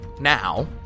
now